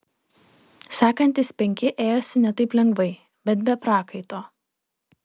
sekantys penki ėjosi ne taip lengvai bet be prakaito